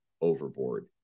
overboard